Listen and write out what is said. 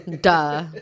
Duh